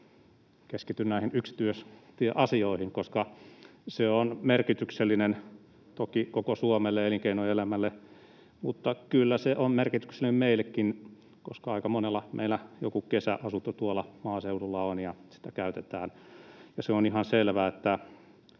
keskityn näihin yksityistieasioihin, koska ne ovat merkityksellisiä toki koko Suomelle ja elinkeinoelämälle mutta merkityksellisiä kyllä meillekin, koska aika monella meillä joku kesäasunto tuolla maaseudulla on ja sitä käytetään. On ihan selvää,